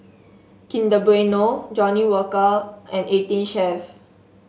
Kinder Bueno Johnnie Walker and Eighteen Chef